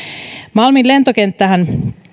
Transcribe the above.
malmin lentokenttähän